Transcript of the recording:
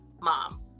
mom